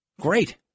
Great